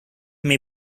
may